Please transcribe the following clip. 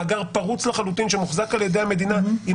מאגר פרוץ לחלוטין שמוחזק על ידי המדינה עם